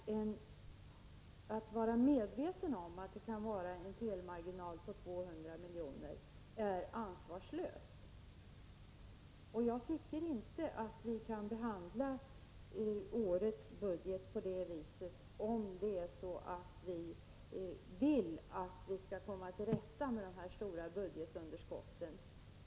Men att vara medveten om att det kan vara en felmarginal på 200 milj.kr. är, tycker jag, ansvarslöst. Jag tycker inte att vi kan behandla årets budget på det viset, om vi vill komma till rätta med våra stora budgetunderskott.